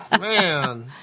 Man